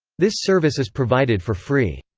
this service is provided for free.